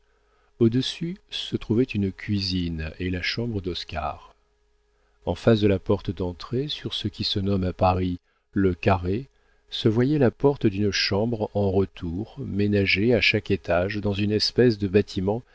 au-dessus se trouvaient une cuisine et la chambre d'oscar en face de la porte d'entrée sur ce qui se nomme à paris le carré se voyait la porte d'une chambre en retour ménagée à chaque étage dans une espèce de bâtiment